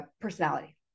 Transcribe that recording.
personality